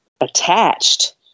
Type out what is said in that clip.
attached